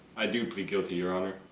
i do plead guilty your honor.